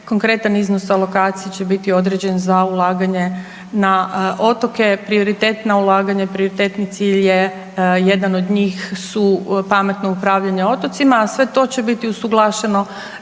konkretan iznos alokacije će biti određen za ulaganje na otoke, prioritetna ulaganja i prioritetni cilj je, jedan od njih su pametno upravljanje otocima, a sve to će biti usuglašeno